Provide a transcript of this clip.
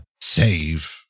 save